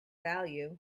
value